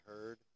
heard